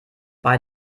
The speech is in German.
bei